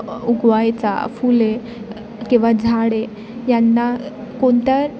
उगवायचा फुले किंवा झाडे ह्यांना कोणत्या